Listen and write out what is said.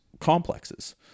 complexes